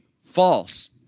false